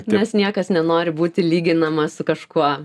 nes niekas nenori būti lyginamas su kažkuo